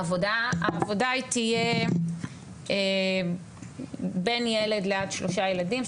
העבודה היא תהיה בין ילד לעד שלושה ילדים,